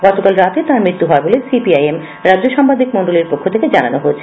গতকাল রাতে তাঁর মৃত্যু হয় বলে সিপিআই এম রাজ্য সম্পাদক মন্ডলীর পক্ষ থেকে জানানো হয়েছে